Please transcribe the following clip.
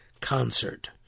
concert